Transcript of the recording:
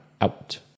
out